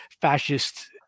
fascist